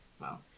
Wow